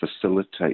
facilitate